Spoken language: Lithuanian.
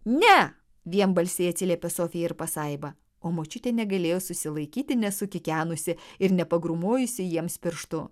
ne vienbalsiai atsiliepė sofi ir pasaiba o močiutė negalėjo susilaikyti nesukikenusi ir ne pagrūmojusi jiems pirštu